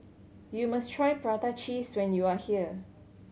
you must try prata cheese when you are here